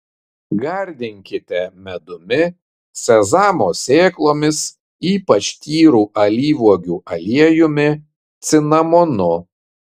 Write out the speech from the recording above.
gardinkite medumi sezamo sėklomis ypač tyru alyvuogių aliejumi cinamonu